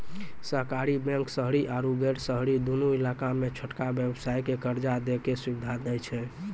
सहकारी बैंक शहरी आरु गैर शहरी दुनू इलाका मे छोटका व्यवसायो के कर्जा दै के सुविधा दै छै